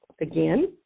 again